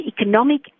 economic